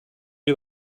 you